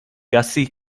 gussie